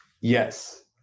Yes